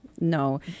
No